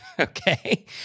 Okay